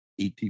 ET